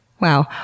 Wow